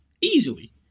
Easily